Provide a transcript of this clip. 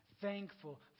Thankful